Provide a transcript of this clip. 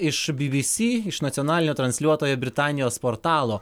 iš bbc iš nacionalinio transliuotojo britanijos portalo